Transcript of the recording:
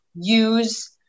use